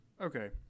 okay